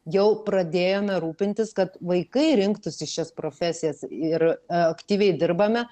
jau pradėjome rūpintis kad vaikai rinktųsi šias profesijas ir aktyviai dirbame